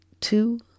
two